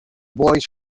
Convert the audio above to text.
boys